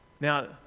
Now